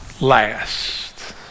Last